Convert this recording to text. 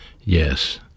Yes